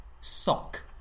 sock